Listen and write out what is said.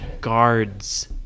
guards